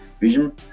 vision